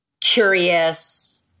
curious